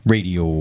Radio